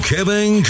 Kevin